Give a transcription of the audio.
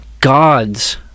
God's